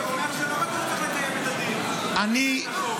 אומר שלא בטוח --- לקיים את הדין ואת החוק.